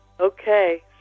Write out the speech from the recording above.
Okay